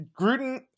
Gruden